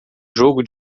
jogo